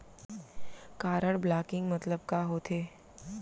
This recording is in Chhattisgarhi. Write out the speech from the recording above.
कारड ब्लॉकिंग मतलब का होथे?